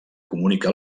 comunica